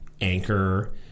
Anchor